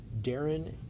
Darren